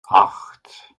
acht